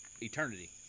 eternity